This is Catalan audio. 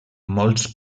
molts